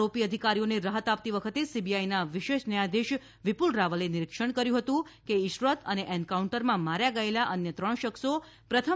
આરોપી અધિકારીઓને રાહત આપતી વખતે સીબીઆઈના વિશેષ ન્યાયાધીશ વિપુલ રાવલે નિરીક્ષણ કર્યું હતું કે ઇશરત અને એન્કાઉન્ટરમાં માર્યા ગયેલા અન્ય ત્રણ શખ્સો પ્રથમ નજરે આતંકવાદી હતા